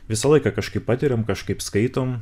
visą laiką kažkaip patiriam kažkaip skaitom